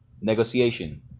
negotiation